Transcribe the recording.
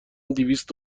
دویست